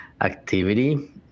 activity